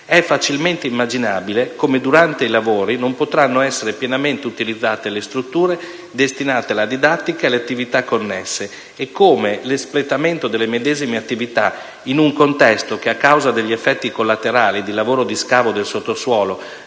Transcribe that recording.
È facilmente immaginabile come durante i lavori non potranno essere pienamente utilizzate le strutture destinate alla didattica e alle attività connesse e come l'espletamento delle medesime attività, in un contesto che, a causa degli effetti collaterali dei lavori di scavo del sottosuolo,